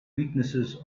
weaknesses